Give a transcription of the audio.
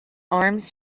arms